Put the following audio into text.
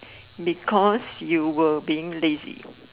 because you were being lazy